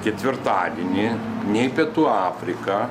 ketvirtadienį nei pietų afrika